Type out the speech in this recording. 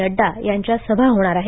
नड्डा यांच्या सभा होणार आहेत